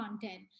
content